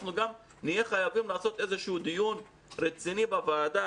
אנחנו גם נהיה חייבים לעשות איזשהו דיון רציני בוועדה,